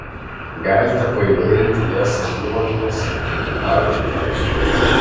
galite paįvairinti jas alyvuogėmis ar ančiuviais